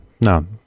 no